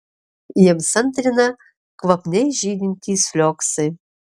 jiems antrina kvapniai žydintys flioksai